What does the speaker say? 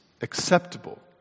acceptable